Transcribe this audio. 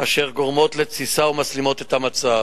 אשר גורמות לתסיסה ומסלימות את המצב.